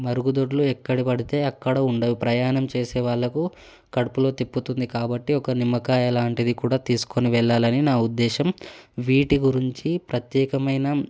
మరుగుదొడ్లు ఎక్కడ పడితే అక్కడ ఉండవు ప్రయాణం చేసే వాళ్ళకు కడుపులో తిప్పుతుంది కాబట్టి ఒక నిమ్మకాయ లాంటిది కూడా తీసుకొని వెళ్ళాలని నా ఉద్దేశం వీటి గురించి ప్రత్యేకమైన